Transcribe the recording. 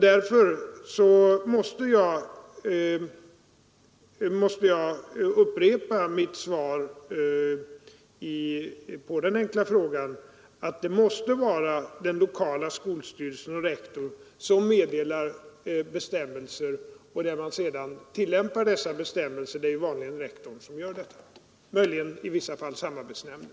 Därför upprepar jag mitt svar på den enkla frågan, att det måste vara den lokala skolstyrelsen och rektor som meddelar bestämmelser, vilka sedan får tillämpas. Det är ju vanligen rektorn som svarar för det, möjligen i vissa fall samarbetsnämnden.